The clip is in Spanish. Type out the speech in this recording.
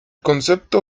concepto